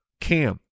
Cam